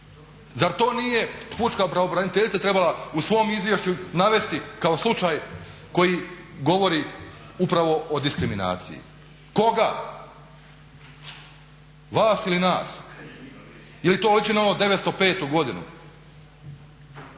Zar to nije pučka pravobraniteljica trebala u svom izvješću navesti kao slučaj koji govori upravo o diskriminaciji? Koga? Vas ili nas? Ili to liči na onu '905. godinu?